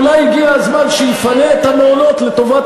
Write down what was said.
אולי הגיע הזמן שיפנה את המעונות לטובת